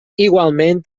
igualment